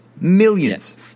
millions